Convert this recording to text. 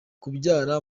kubyara